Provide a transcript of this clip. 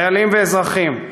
חיילים ואזרחים,